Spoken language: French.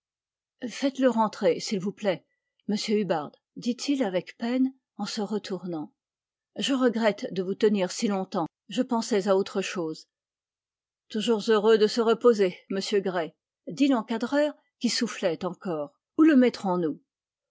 faites-le rentrer s'il vous plaît monsieur hub bard dit-il avec peine en se retournant je regrette de vous tenir si longtemps je pensais à autre chose toujours heureux de se reposer monsieur gray dit l'encadreur qui soufflait encore où le mettrons nous